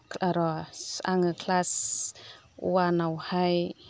र' आङो क्लास अवानावहाय